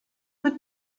mit